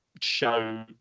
show